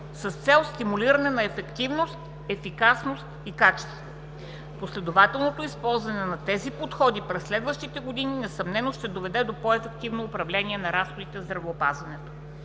с цел стимулиране на ефективност, ефикасност и качество. Последователното използване на тези подходи през следващите години несъмнено ще доведе до по-ефективно управление на разходите за здравеопазване.